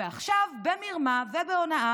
ועכשיו במרמה ובהונאה